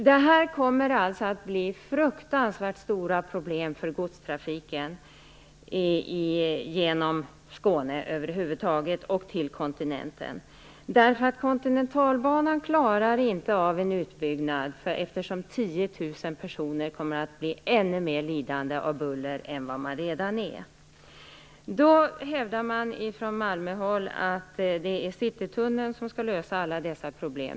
Det kommer över huvud taget att bli fruktansvärt stora problem för godstrafiken genom Skåne till kontinenten. Kontinentalbanan klarar inte av en utbyggnad. 10 000 personer kommer att bli ännu mer lidande av buller än vad de redan är. Det hävdas från Malmöhåll att det är Citytunneln som skall lösa alla dessa problem.